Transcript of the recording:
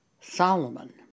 Solomon